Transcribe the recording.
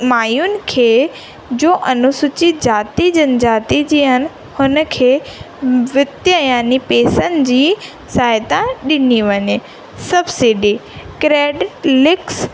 मायुनि खे जो अनुसुचि जाति जे जाति जी आहिनि हुन खे वित्य याने पैसनि जी सहाय्ता ॾिनी वञे सब्सिडी क्रेडिट लिक्स